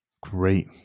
Great